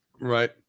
Right